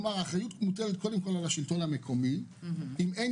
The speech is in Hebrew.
האחריות מוטלת קודם כל על השלטון המקומי ואם אין